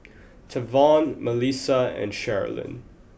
Tavon Melisa and Sherilyn